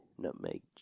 nutmeg